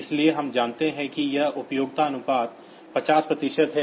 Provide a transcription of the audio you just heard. इसलिए हम मानते हैं कि यह उपयोगिता अनुपात 50 प्रतिशत है